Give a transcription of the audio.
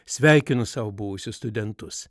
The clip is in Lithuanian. sveikinu savo buvusius studentus